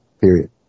period